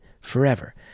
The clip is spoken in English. forever